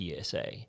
PSA